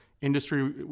industry